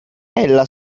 ella